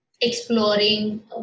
exploring